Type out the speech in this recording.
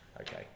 okay